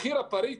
מחיר הפריט,